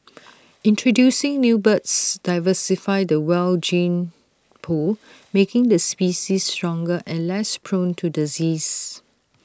introducing new birds diversify the wild gene pool making the species stronger and less prone to disease